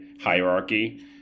hierarchy